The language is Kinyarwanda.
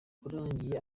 warangiye